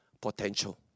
potential